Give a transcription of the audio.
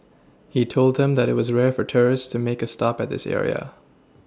he told them that it was rare for tourists to make a stop at this area